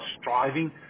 striving